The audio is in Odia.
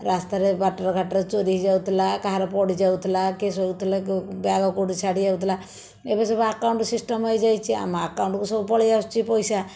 ରାସ୍ତାରେ ବାଟରେ ଘାଟରେ ଚୋରି ହେଇଯାଉଥିଲା କାହାର ପଡ଼ି ଯାଉଥିଲା କିଏ ଶୋଉଥିଲେ ବ୍ୟାଗ କେଉଁଠି ଛାଡ଼ି ଯାଉଥିଲା ଏବେ ସବୁ ଆକାଉଣ୍ଟ ସିଷ୍ଟମ ହେଇଯାଇଛି ଆମ ଆକାଉଣ୍ଟ କୁ ସବୁ ପଳାଇଆସୁଛି ପଇସା